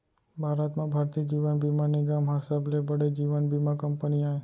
भारत म भारतीय जीवन बीमा निगम हर सबले बड़े जीवन बीमा कंपनी आय